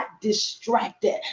distracted